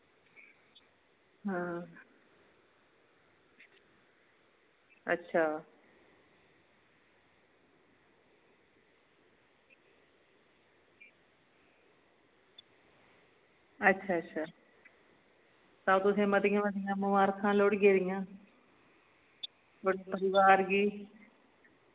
हां अच्चा अच्छा अच्छा तां तुसें गी मतियां मतियां मुबारखां लोह्ड़ियै दियां होर परोआर गी